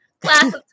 Class